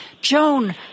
joan